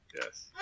Yes